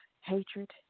hatred